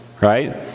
Right